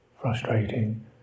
frustrating